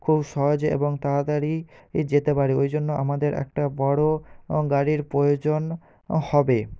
খুব সহজে এবং তাড়াতাড়ি যেতে পারি ওই জন্য আমাদের একটা বড়ো গাড়ির প্রয়োজন হবে